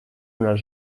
una